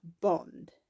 bond